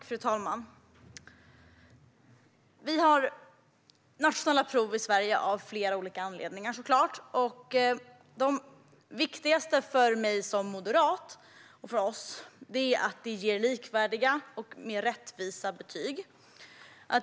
Fru talman! Vi har nationella prov i Sverige av flera olika anledningar. De viktigaste anledningarna för mig och Moderaterna är att de ger likvärdiga och mer rättvisa betyg.